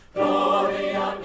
Gloria